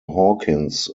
hawkins